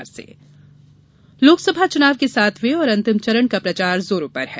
loss चुनाव प्रचार लोकसभा चुनाव के सातवें और अंतिम चरण का प्रचार जोरों पर है